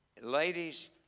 Ladies